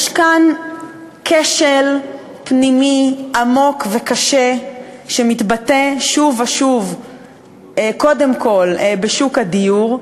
יש כאן כשל פנימי עמוק וקשה שמתבטא שוב ושוב קודם כול בשוק הדיור,